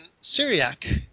Syriac